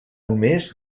només